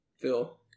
Phil